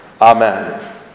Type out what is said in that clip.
Amen